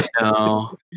No